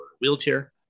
wheelchair